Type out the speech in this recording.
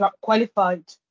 qualified